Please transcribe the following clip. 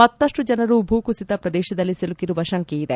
ಮತ್ತಷ್ಟು ಜನರು ಭೂ ಕುಸಿತ ಪ್ರದೇಶದಲ್ಲಿ ಸಿಲುಕಿರುವ ಶಂಕೆಯಿದೆ